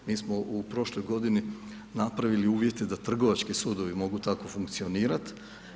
Mi smo u prošloj godini napravili uvjete da Trgovački sudovi mogu tako funkcionirati.